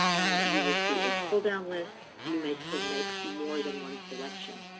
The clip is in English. and you will see a pull down list. you may still make more than one selection.